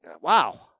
Wow